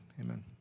Amen